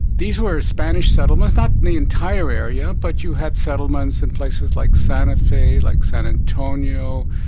these were spanish settlements, not the entire area, but you had settlements in places like santa fe, like san antonio,